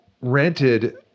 rented